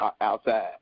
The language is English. outside